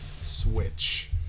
Switch